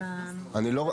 אני לא,